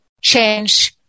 change